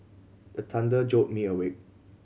the thunder jolt me awake